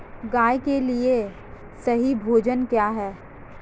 गाय के लिए सही भोजन क्या है?